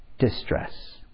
distress